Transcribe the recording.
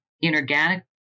inorganic